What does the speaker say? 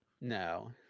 no